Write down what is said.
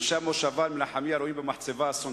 אנשי המושבה מנחמיה רואים במחצבה אסון